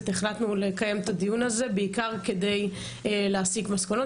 החלטנו לקיים את הדיון הזה בעיקר כדי להסיק מסקנות